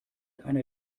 einer